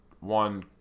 one